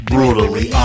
Brutally